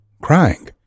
crying